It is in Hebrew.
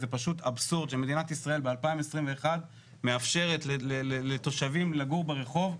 זה פשוט אבסורד שמדינת ישראל בשנת 2021 מאפשרת לתושבים לגור ברחוב,